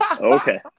Okay